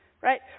right